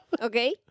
Okay